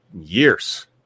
years